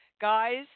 Guys